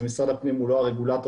משרד הפנים הוא לא הרגולטור,